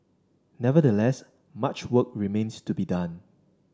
nevertheless much work remains to be done